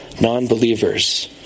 non-believers